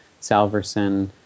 Salverson